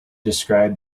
described